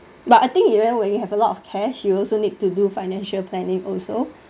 but I think you know when you have a lot of cash you also need to do financial planning also